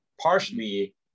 partially